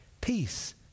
peace